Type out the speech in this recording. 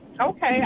okay